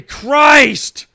christ